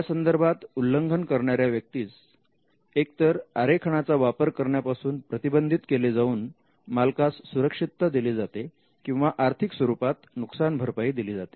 यासंदर्भात उल्लंघन करणाऱ्या व्यक्तीस एक तर आरेखना चा वापर करण्यापासून प्रतिबंधित केले जाऊन मालकास सुरक्षितता दिली जाते किंवा आर्थिक स्वरूपात नुकसान भरपाई दिली जाते